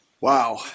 Wow